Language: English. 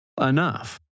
enough